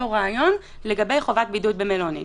זה אותו רעיון לגבי חובת בידוד במלונית.